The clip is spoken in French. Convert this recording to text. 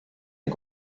est